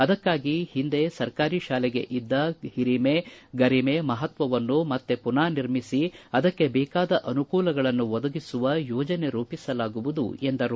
ಅದಕ್ಕಾಗಿ ಹಿಂದೆ ಸರ್ಕಾರಿ ತಾಲೆಗೆ ಇದ್ದ ಗರಿಮೆ ಮಹತ್ವವನ್ನು ಮತ್ತೆ ಪುನಾನಿರ್ಮಿಸಿ ಅದಕ್ಕೆ ಬೇಕಾದ ಅನುಕೂಲಗಳನ್ನು ಒದಗಿಸುವ ಯೋಜನೆ ರೂಪಿಸಲಾಗುವುದು ಎಂದರು